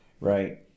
right